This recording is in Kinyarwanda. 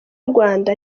rwanda